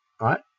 right